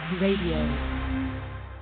Radio